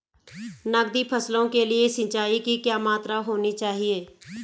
नकदी फसलों के लिए सिंचाई की क्या मात्रा होनी चाहिए?